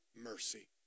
mercy